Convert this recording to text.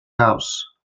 house